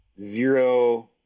zero